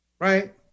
right